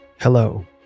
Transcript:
hello